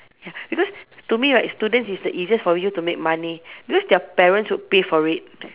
ya because to me right students is the easiest for you to make money because their parents would pay for it